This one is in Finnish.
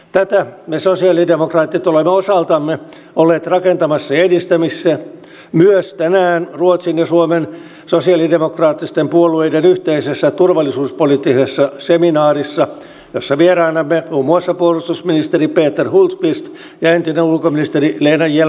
tätä me sosialidemokraatit olemme osaltamme olleet rakentamassa ja edistämässä myös tänään ruotsin ja suomen sosialidemokraattisten puolueiden yhteisessä turvallisuuspoliittisessa seminaarissa jossa vieraanamme ovat muun muassa puolustusministeri peter hultqvist ja entinen ulkoministeri lena hjelm wallen